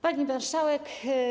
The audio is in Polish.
Pani Marszałek!